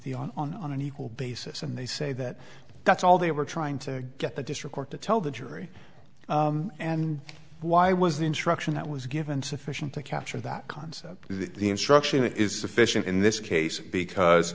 the on on on an equal basis and they say that that's all they were trying to get the district court to tell the jury and why was the instruction that was given sufficient to capture that concept the instruction is sufficient in this case